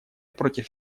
против